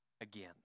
again